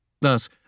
Thus